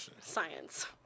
Science